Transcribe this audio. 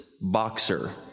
boxer